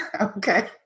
Okay